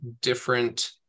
different